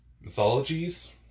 mythologies